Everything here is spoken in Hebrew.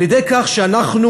על-ידי כך שאנחנו